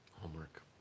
Homework